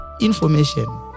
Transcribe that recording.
information